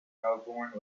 melbourne